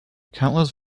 countless